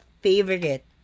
favorite